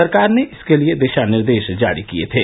सरकार ने इसके लिये दिशा निर्देश जारी किये थे